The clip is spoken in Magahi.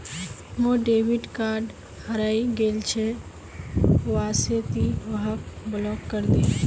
मोर डेबिट कार्ड हरइ गेल छ वा से ति वहाक ब्लॉक करे दे